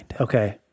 okay